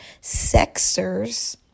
sexers